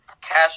cash